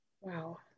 Wow